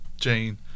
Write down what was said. Jane